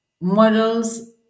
models